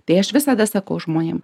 tai aš visada sakau žmonėm